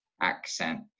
accent